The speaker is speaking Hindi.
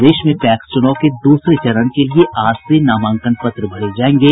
प्रदेश में पैक्स चुनाव के दूसरे चरण के लिए आज से नामांकन पत्र भरे जायेंगे